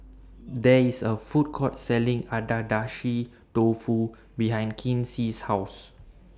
There IS A Food Court Selling Agedashi Dofu behind Kinsey's House